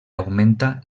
augmenta